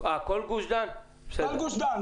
רמת גן,